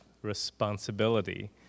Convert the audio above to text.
Responsibility